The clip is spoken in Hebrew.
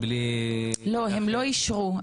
אישרו.